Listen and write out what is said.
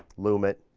loom it,